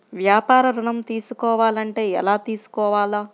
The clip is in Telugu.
వ్యాపార ఋణం తీసుకోవాలంటే ఎలా తీసుకోవాలా?